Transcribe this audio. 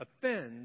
offends